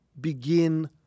begin